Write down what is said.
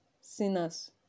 sinners